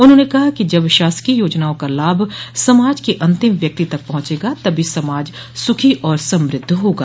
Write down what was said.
उन्होंने कहा कि जब शासकीय योजनाओं का लाभ समाज के अंतिम व्यक्ति तक पहुंचेगा तभी समाज सुखी और समद्ध होगा